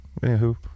anywho